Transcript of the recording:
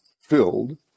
filled